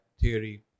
theory